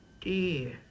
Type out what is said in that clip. dear